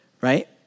right